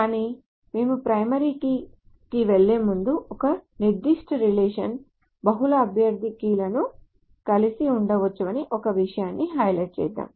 కానీ మేము primary key కి వెళ్ళేముందు ఒక నిర్దిష్ట రిలేషన్ బహుళ అభ్యర్థి కీలను కలిగి ఉండవచ్చని ఒక విషయాన్ని హైలైట్ చేద్దాం